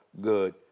good